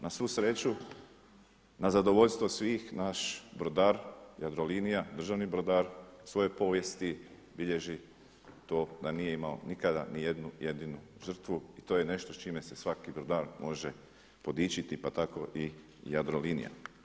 Na svu sreću, na zadovoljstvo svih naš brodar Jadrolinija, državni brodar svoje povijesti bilježi to da nije imao nikada ni jednu jedinu žrtvu i to je nešto s čime se svaki brodar može podičiti, pa tako i Jadrolinija.